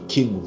King